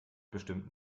bestimmt